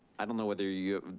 i don't know whether you